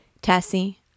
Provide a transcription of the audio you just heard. Tessie